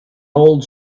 old